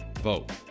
vote